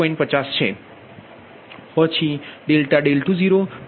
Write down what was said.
5 છે અને ∆P30 150 છે